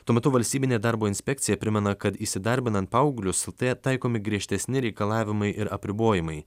tuo metu valstybinė darbo inspekcija primena kad įsidarbinant paauglius te taikomi griežtesni reikalavimai ir apribojimai